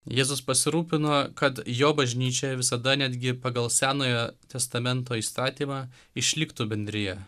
jėzus pasirūpino kad jo bažnyčia visada netgi pagal senojo testamento įstatymą išliktų bendrija